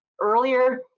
earlier